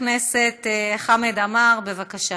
חבר הכנסת חמד עמאר, בבקשה.